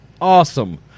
awesome